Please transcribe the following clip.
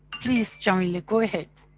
please jamila go ahead.